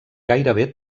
gairebé